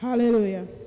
Hallelujah